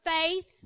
faith